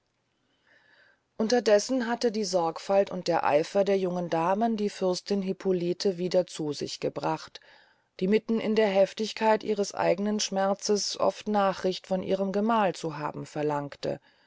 unterdessen hatten die sorgfalt und der eifer der jungen damen die fürstin hippolite wieder zu sich gebracht die mitten in der heftigkeit ihres eignen schmerzes oft nachricht von ihrem gemahl zu haben verlangte